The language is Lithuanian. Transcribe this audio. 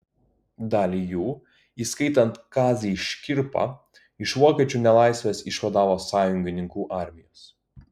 dalį jų įskaitant kazį škirpą iš vokiečių nelaisvės išvadavo sąjungininkų armijos